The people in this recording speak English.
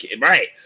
right